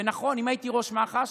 ונכון, אם הייתי ראש מח"ש,